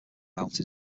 mountain